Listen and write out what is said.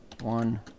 one